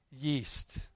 yeast